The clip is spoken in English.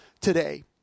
today